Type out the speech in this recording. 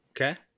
Okay